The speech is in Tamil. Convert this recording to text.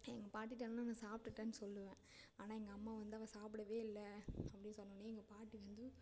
எங்கள் பாட்டிகிட்ட வந்து நான் சாப்பிட்டுட்டேன்னு சொல்லுவேன் ஆனால் எங்கள் அம்மா வந்து அவள் சாப்பிடவே இல்லை அப்படின்னு சொன்னவொடனே எங்கள் பாட்டி வந்து